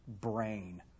brain